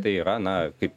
tai yra na kaip